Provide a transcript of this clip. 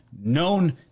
known